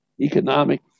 economic